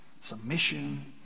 submission